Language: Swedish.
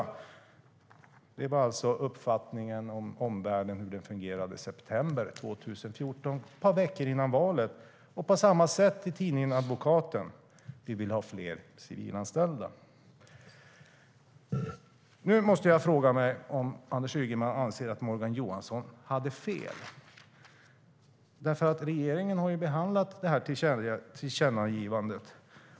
Det var så omvärlden fungerade i september 2014, ett par veckor före valet. Nu frågar jag mig om Anders Ygeman anser att Morgan Johansson hade fel. Regeringen har ju behandlat tillkännagivandet.